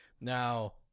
Now